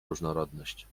różnorodność